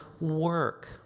work